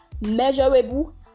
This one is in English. measurable